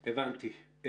הבנתי.